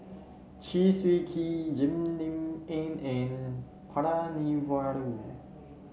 Chew Swee Kee Jim Lim N and Palanivelu